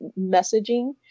messaging